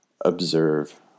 observe